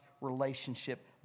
relationship